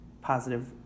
positive